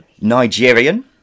Nigerian